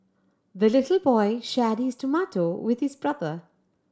the little boy shared his tomato with his brother